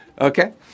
Okay